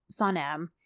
Sanem